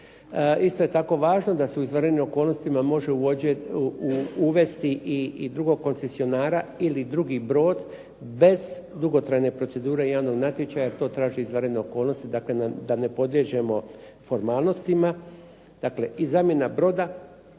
Isto je tako važno da se u izvanrednim okolnostima može uvesti i drugog koncesionara ili drugi brod, bez dugotrajne procedure i javnog natječaja, ako to traže izvanredne okolnosti, dakle da ne podliježemo formalnosti. Dakle i zamjena broda